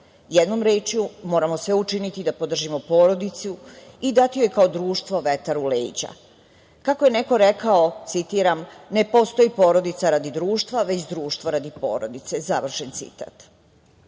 Jednom rečju, moramo sve učiniti da podržimo porodicu i dati joj kao društvo vetar u leđa. Kako je neko rekao, citiram – ne postoji porodica radi društva, već društvo radi porodice, završen citat. Na